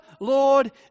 Lord